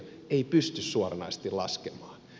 ei pysty suoranaisesti laskemaan